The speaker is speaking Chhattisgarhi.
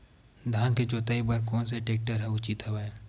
धान के जोताई बर कोन से टेक्टर ह उचित हवय?